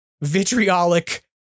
vitriolic